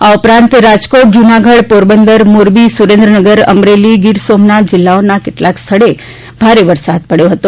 આ ઉપરાંત રાજકોટ જૂનાગઢ પોરબંદર મોરબી સુરેન્દ્રનગર અમરેલી ગીર સોમનાથ જિલ્લાઓમાં કેટલાંક સ્થળે ભારે વરસાદ પડ્યો હતો